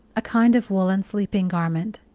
a kind of woolen sleeping garment.